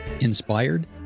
inspired